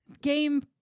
game